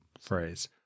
phrase